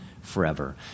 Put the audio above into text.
forever